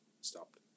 stopped